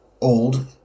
old